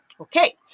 okay